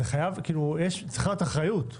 צריכה להיות אחריות.